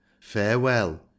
farewell